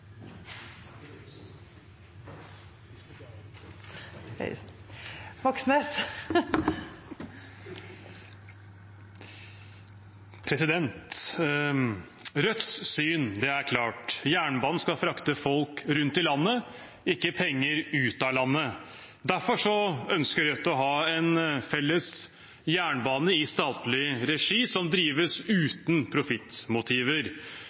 klart: Jernbanen skal frakte folk rundt i landet, ikke penger ut av landet. Derfor ønsker Rødt å ha en felles jernbane i statlig regi som drives uten profittmotiver.